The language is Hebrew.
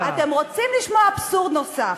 אתם רוצים לשמוע אבסורד נוסף?